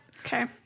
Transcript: Okay